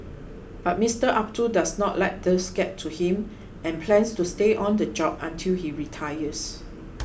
but Mister Abdul does not let these get to him and plans to stay on the job until he retires